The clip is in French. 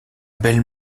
belle